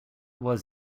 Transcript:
was